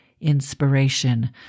inspiration